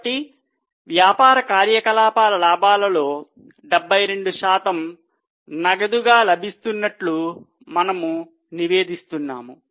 కాబట్టి వ్యాపార కార్యకలాపాల లాభాలలో 72 శాతం నగదుగా లభిస్తున్నట్లు మనం నివేదిస్తున్నాము